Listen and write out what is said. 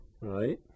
right